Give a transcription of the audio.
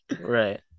Right